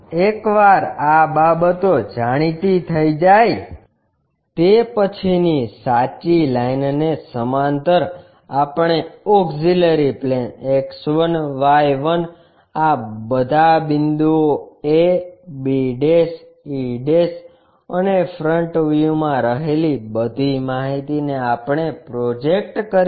એકવાર આ બાબતો જાણીતી થઈ જાય તે પછીની સાચી લાઇનને સમાંતર આપણે ઓક્ષીલરી પ્લેન X1 Y1 આ બધા બિંદુઓ a b e અને ફ્રન્ટ વ્યુ મા રહેલી બધી માહિતી ને આપણે પ્રોજેક્ટ કરીશું